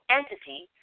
entity